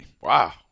Wow